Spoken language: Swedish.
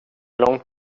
långt